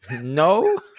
no